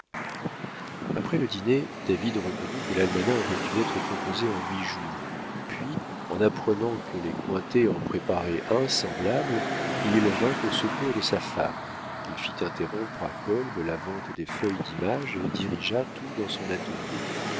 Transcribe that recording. après le dîner david reconnut que l'almanach aurait dû être composé en huit jours puis en apprenant que les cointet en préparaient un semblable il vint au secours de sa femme il fit interrompre à kolb la vente des feuilles d'images et dirigea tout dans son atelier